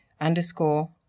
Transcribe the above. underscore